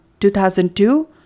2002